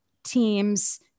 teams